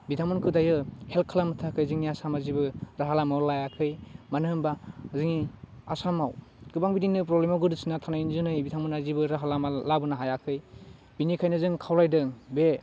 बिथांमोनखो दायो हेल्प खालामनो थाखै जोंनि आसामा जेबो राहा लामायाव लायाखै मानो होनबा जोंनि आसामाव गोबां बिदिनो प्रब्लेमाव गोदोसोना थानायनि जुनै बिथांमोनहा जेबो राहा लामा लाबोनो हायाखै बिनिखायनो जों खावलायदों बे